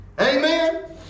Amen